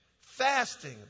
Fasting